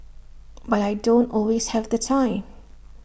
but I don't always have the time